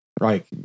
Right